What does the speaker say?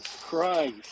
Christ